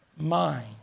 mind